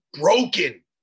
broken